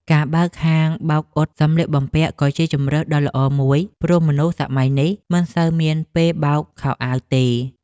ការបើកហាងបោកអ៊ុតសម្លៀកបំពាក់ក៏ជាជម្រើសដ៏ល្អមួយព្រោះមនុស្សសម័យនេះមិនសូវមានពេលបោកខោអាវទេ។